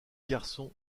garçon